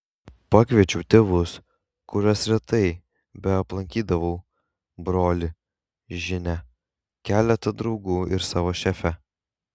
pakviečiau tėvus kuriuos retai beaplankydavau brolį žinia keletą draugų ir savo šefę